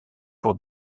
pour